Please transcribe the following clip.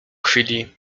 chwili